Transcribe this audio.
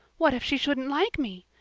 what if she shouldn't like me!